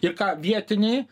ir ką vietiniai